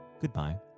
goodbye